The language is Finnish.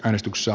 äänestyksessä